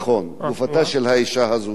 נכון, גופתה של האשה הזו.